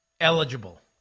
eligible